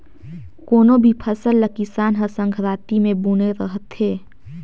कोनो भी फसल ल किसान हर संघराती मे बूने रहथे